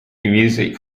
music